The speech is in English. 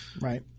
Right